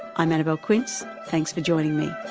i'm annabelle quince, thanks for joining me.